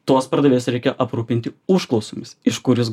tuos pardavėjus reikia aprūpinti užklausomis iš kur jūs